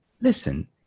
listen